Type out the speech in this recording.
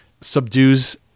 subdues